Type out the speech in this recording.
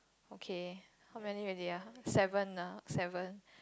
okay how many already ah seven ah seven